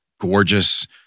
gorgeous